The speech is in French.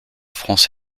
france